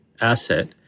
asset